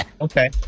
Okay